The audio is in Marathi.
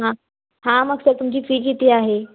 हां हां मग सर तुमची फी किती आहे